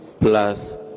plus